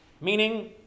meaning